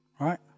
right